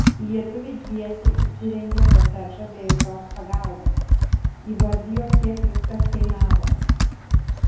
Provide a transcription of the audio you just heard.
lietuviai dviese įsirengė kotedžą be jokios pagalbos įvardijo kiek viskas kainavo